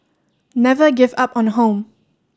never give up on home